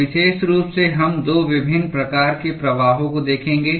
तो विशेष रूप से हम 2 विभिन्न प्रकार के प्रवाहों को देखेंगे